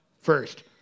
First